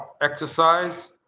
exercise